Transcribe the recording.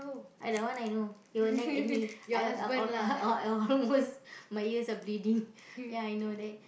ah that one I know he will nag at me I al~ al~ I almost my ears are bleeding ya I know that